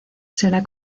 será